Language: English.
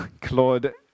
Claude